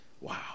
Wow